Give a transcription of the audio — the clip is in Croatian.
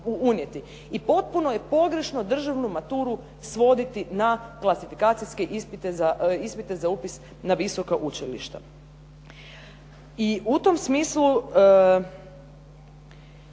I potpuno je pogrešno državnu maturu svoditi na klasifikacijske ispite za upis na visoka učilišta. I u tom smislu